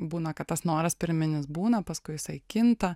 būna kad tas noras pirminis būna paskui jisai kinta